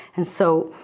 and so,